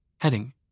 Heading